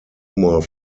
more